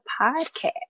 podcast